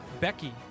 Becky